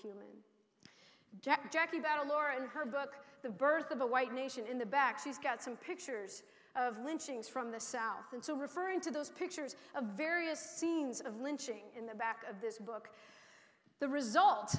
human jack jackie about a lore and her book the birth of a white nation in the back she's got some pictures of lynchings from the south and so referring to those pictures of various scenes of lynching in the back of this book the result